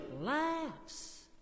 laughs